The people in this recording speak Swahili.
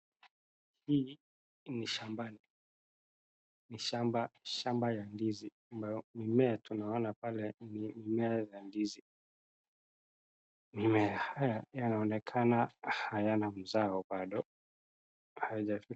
Hii ni shambani ni shamba , shamba ya ndizi ambayo mimea tunaona pale ni mmea ya ndizi yaonekana hayana mazao bado hayajafika.